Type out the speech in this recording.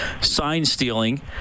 sign-stealing